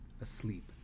asleep